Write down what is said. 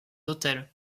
hôtels